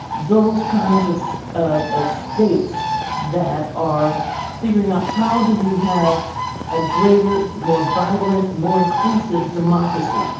those kinds of so of of states that are figuring out how do we have a greater, more vibrant, more inclusive democracy,